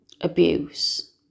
abuse